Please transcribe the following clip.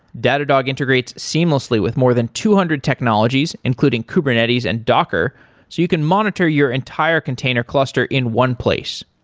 datadog integrates seamlessly with more than two hundred technologies, technologies, including kubernetes and docker, so you can monitor your entire container cluster in one place.